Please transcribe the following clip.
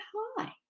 hi